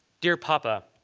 dear papa,